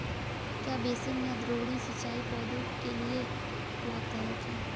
क्या बेसिन या द्रोणी सिंचाई पौधों के लिए लाभदायक है?